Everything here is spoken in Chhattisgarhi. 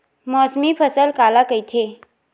मौसमी फसल काला कइथे?